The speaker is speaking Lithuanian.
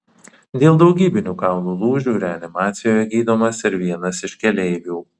dėl daugybinių kaulų lūžių reanimacijoje gydomas ir vienas iš keleivių